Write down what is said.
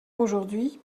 aujourd’hui